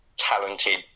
Talented